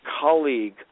colleague